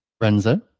Renzo